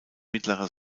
mittlerer